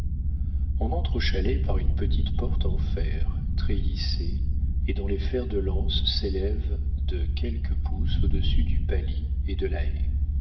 on entre au chalet par une petite porte de fer treillissée et dont les fers de lance s'élèvent de quelques pouces au-dessus du palis et de